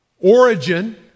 Origin